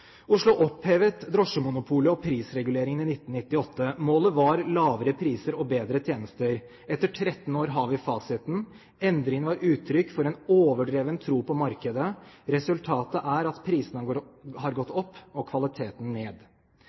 Oslo opphevet drosjemonopolet og prisreguleringen i 1998. Målet var lavere priser og bedre tjenester. Etter 13 år har vi fasiten: Endringen var uttrykk for en overdreven tro på markedet, resultatet er at prisene har gått opp og kvaliteten ned.